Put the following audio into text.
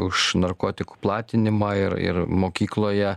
už narkotikų platinimą ir ir mokykloje